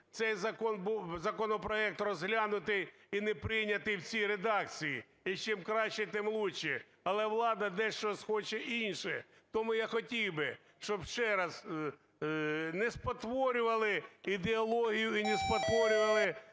був, законопроект, розглянутий і не прийнятий в цій редакції. І чим краще, тим лучше. Але влада дещо хоче інше. Тому я хотів би, щоб ще раз не спотворювали ідеологію і не спотворювали